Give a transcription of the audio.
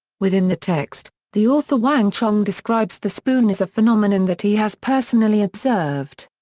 within the text, the author wang chong describes the spoon as a phenomenon that he has personally observed.